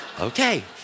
okay